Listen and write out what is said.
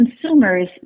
consumers